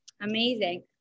Amazing